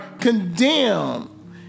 condemned